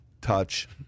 touch